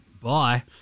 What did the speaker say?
Bye